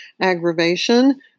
aggravation